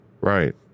Right